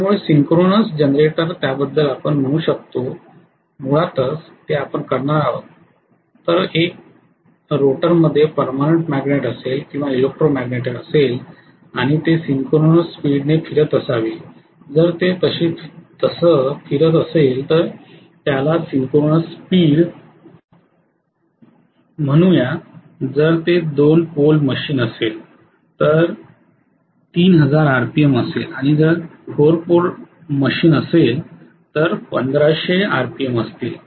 त्यामुळे synchronous generator त्याबद्दल आपण म्हणू शकतो मुळातच ते आपण करणार आहोत एक तर रोटर मध्ये पर्मनंट मॅग्नेट असेल किंवा इलेक्ट्रोमॅग्नेट असेल आणि ते सिंक्रोनस स्पीड ने फिरत असावे आणि जर ते तसे फिरत असेल तर त्याला सिंक्रोनस स्पीड म्हणूया जर ते 2 पोल मशीन असेल तर 3000 आरपीएम असेल आणि जर 4 पोल मशीन असेल तर 1500 आरपीएम असतील